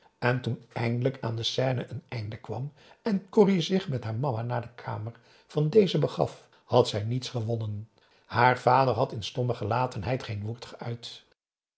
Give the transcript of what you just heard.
en toen eindelijk aan de scène een einde kwam en corrie zich met haar mama naar de kamer van deze begaf had zij niets gewonnen haar vader had in stomme gelatenheid geen woord geuit